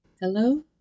Hello